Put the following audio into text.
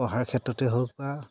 পঢ়াৰ ক্ষেত্ৰতে হওক বা